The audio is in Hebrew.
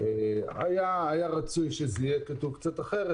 היה רצוי שזה יהיה כתוב קצת אחרת,